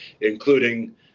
including